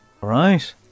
Right